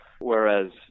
Whereas